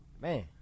Man